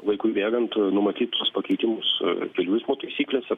laikui bėgant numatytus pakeitimus kelių eismo taisyklėse